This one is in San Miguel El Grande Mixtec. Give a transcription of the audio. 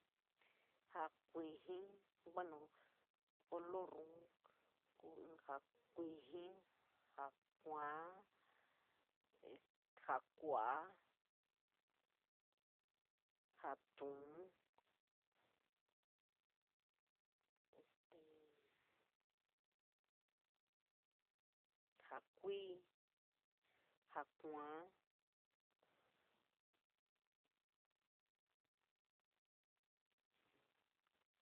Ja koujii, bueno color, ja koujii, ja kua, ja kua´a, ja ñluon, ja kupp, ja kuana.